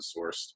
sourced